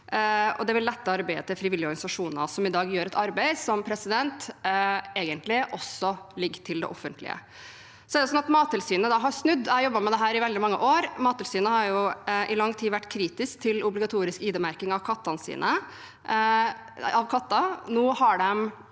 det vil lette arbeidet til frivillige organisasjoner, som i dag gjør et arbeid som egentlig ligger til det offentlige. Mattilsynet har snudd. Jeg har jobbet med dette i veldig mange år, og Mattilsynet har i lang tid vært kritisk til obligatorisk ID-merking av katter.